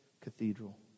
cathedral